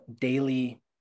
daily